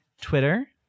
Twitter